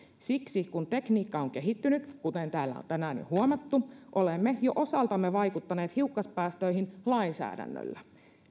siksi kun tekniikka on kehittynyt kuten täällä on tänään jo huomattu olemme jo osaltamme vaikuttaneet hiukkaspäästöihin lainsäädännöllä